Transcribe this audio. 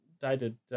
dated